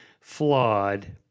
flawed